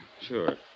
Sure